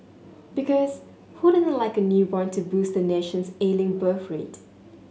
because who doesn't like a newborn to boost the nation's ailing birth rate